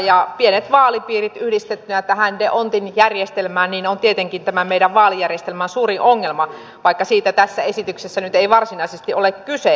ja pienet vaalipiirit yhdistettyinä tähän d hondtin järjestelmään on tietenkin tämän meidän vaalijärjestelmämme suurin ongelma vaikka siitä tässä esityksessä nyt ei varsinaisesti ole kyse